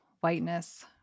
Whiteness